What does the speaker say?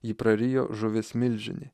jį prarijo žuvis milžinė